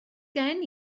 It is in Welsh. gen